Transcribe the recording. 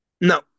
No